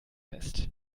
fest